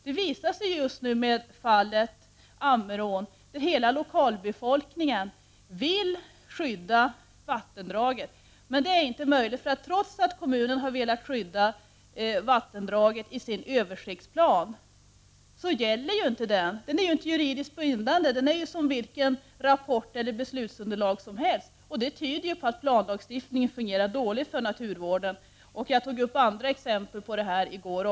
Det visar sig just nu med fallet Ammerån, där hela lokalbefolkning vill skydda vattendraget. Det är dock inte möjligt, trots att kommunen har velat skyddat vattendraget i sin översiktsplan. Den är inte juridiskt bindande, utan den är som vilken rapport och vilket beslutsunderlag som helst. Detta tyder på att planlagstiftningen fungerar dåligt när det gäller naturvård. Jag tog även upp andra exempel på detta i går.